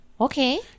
Okay